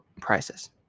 prices